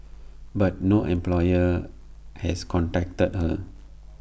but no employer has contacted her